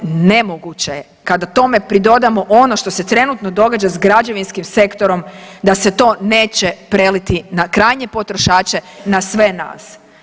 Nemoguće je kada tome pridodamo ono što se trenutno događa s građevinskim sektorom da se to neće preliti na krajnje potrošače, na sve nas.